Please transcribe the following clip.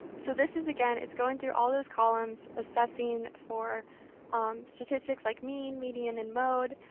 so this is again, it's going through all those columns, assessing for statistics like mean, median, and mode.